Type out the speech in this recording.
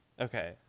Okay